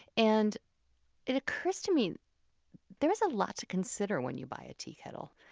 and it occurs to me there is a lot to consider when you buy it tea kettle.